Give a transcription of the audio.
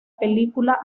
película